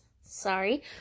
sorry